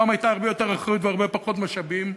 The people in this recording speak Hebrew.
פעם הייתה הרבה יותר אחריות והרבה פחות משאבים.